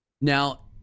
Now